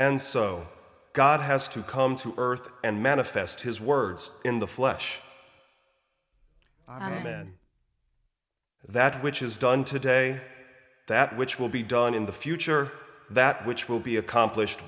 and so god has to come to earth and manifest his words in the flesh i man that which is done today that which will be done in the future that which will be accomplished